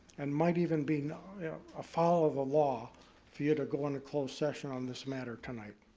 and might even be afoul of the law for you to go into closed session on this matter tonight.